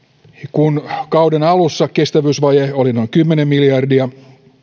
kun kauden alussa kestävyysvaje oli noin kymmenen miljardia